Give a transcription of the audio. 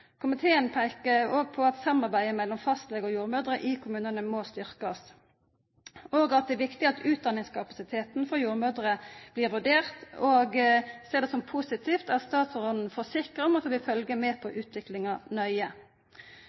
Komiteen peikar òg på at samarbeidet mellom fastlege og jordmødrer i kommunane må styrkjast, at det er viktig at utdanningskapasiteten for jordmødrer blir vurdert, og ser det som positivt at statsråden forsikrar om at ho vil følgja nøye med på utviklinga.